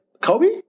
Kobe